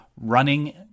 running